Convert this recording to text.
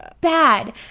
bad